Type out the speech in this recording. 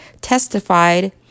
testified